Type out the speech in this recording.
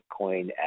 Bitcoin